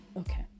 okay